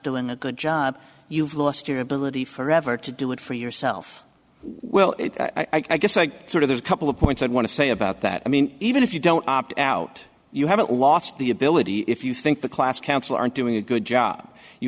doing a good job you've lost your ability forever to do it for yourself well i guess i sort of there's a couple of points i'd want to say about that i mean even if you don't opt out you haven't lost the ability if you think the class council aren't doing a good job you